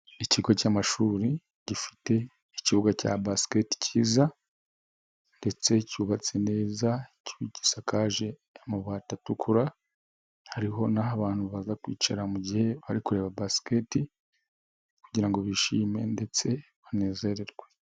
Ikigo cy'amashuri gifite ikibuga cya basiketi cyiza ndetse cyubatse neza, gisakaje amabati atukura, hariho n'aho abantu baza kwicara mu gihe bari kureba basiketi kugira ngo bishime ndetse banezererwe.